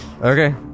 Okay